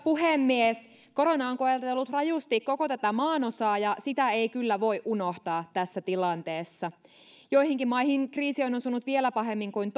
puhemies korona on koetellut rajusti koko tätä maanosaa ja sitä ei kyllä voi unohtaa tässä tilanteessa joihinkin maihin kriisi on osunut vielä pahemmin kuin